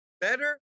Better